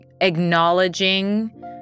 acknowledging